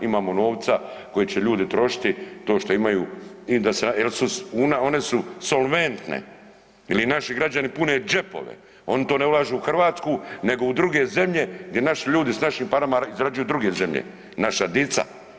Imamo novaca koje će ljudi trošiti to što imaju … one su solventne ili naši građani pune džepove, oni to ne ulažu u Hrvatsku nego u druge zemlje gdje naši ljudi s našim parama izrađuju druge zemlje, naša dica.